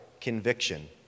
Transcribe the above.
conviction